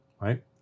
right